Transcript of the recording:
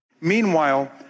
Meanwhile